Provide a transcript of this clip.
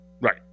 Right